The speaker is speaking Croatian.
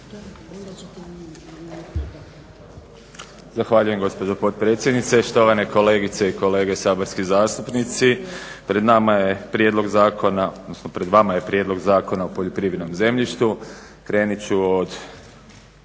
Zahvaljujem gospođo potpredsjednice. Štovane kolegice i kolege saborski zastupnici. Pred vama je Prijedlog zakona o poljoprivrednom zemljištu. Krenut ću od